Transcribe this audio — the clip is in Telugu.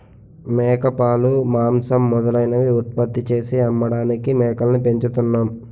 మేకపాలు, మాంసం మొదలైనవి ఉత్పత్తి చేసి అమ్మడానికి మేకల్ని పెంచుతున్నాం